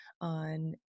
on